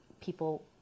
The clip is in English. people